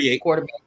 quarterback